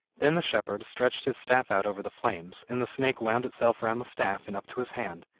then the shepherd stretched his staff out over the flames and the snake wound itself round the staff and up to his hand,